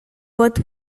but